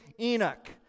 Enoch